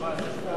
כנוסח הוועדה,